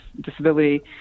disability